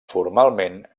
formalment